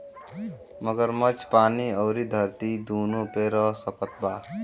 मगरमच्छ पानी अउरी धरती दूनो पे रह सकत बा